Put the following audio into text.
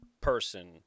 person